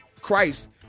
Christ